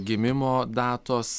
gimimo datos